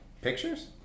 Pictures